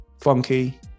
funky